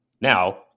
Now